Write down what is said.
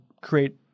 create